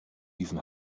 even